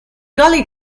gully